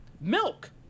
Milk